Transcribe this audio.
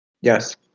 Yes